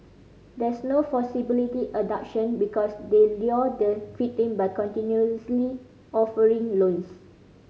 there's no because they lure the by continuously offering loans